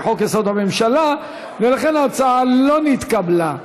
חוק-יסוד: הממשלה ולכן ההצעה לא נתקבלה.